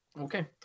Okay